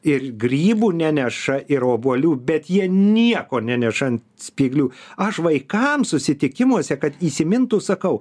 ir grybų neneša ir obuolių bet jie nieko neneša ant spyglių aš vaikams susitikimuose kad įsimintų sakau